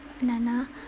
Nana